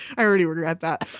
i already already read that.